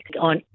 on